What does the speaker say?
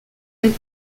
and